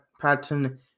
pattern